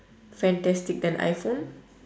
fantastic than iphone